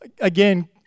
again